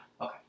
Okay